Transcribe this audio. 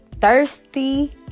thirsty